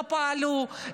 לא פעלו,